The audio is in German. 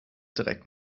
direkt